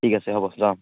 ঠিক আছে হ'ব যাওঁ